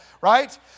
Right